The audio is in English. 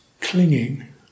clinging